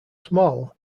small